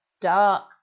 dark